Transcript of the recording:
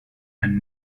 and